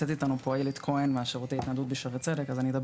נמצאת איתנו פה איילת כהן מהשירות ההתנדבות בשערי צדק,